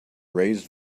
raised